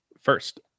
First